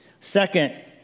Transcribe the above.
Second